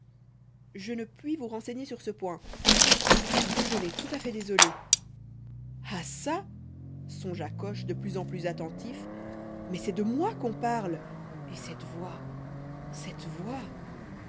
je ne puis vous renseigner sur ce point je suis désolé tout à fait désolé ah çà songea coche de plus en plus attentif mais c'est de moi qu'on parle et cette voix cette voix